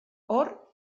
hor